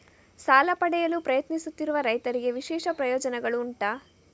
ಸಾಲ ಪಡೆಯಲು ಪ್ರಯತ್ನಿಸುತ್ತಿರುವ ರೈತರಿಗೆ ವಿಶೇಷ ಪ್ರಯೋಜನೆಗಳು ಉಂಟಾ?